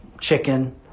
chicken